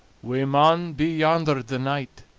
we maun be yonder the night,